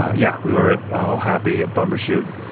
ah yeah, we were all happy at bumbershoot,